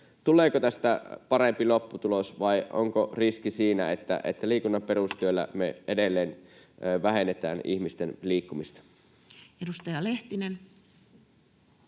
Tuleeko tästä parempi lopputulos, vai onko riski siitä, että liikunnan perustyöllä me edelleen vähennetään ihmisten liikkumista? Edustaja Lehtinen.